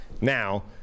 Now